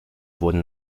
wurden